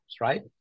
right